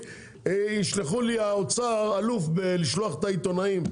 האוצר אלוף בשליחת העיתונאים.